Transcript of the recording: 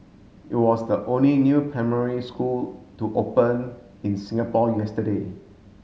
it was the only new primary school to open in Singapore yesterday